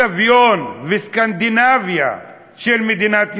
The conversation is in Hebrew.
שזה סביון וסקנדינביה של מדינת ישראל,